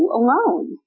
alone